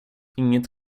inget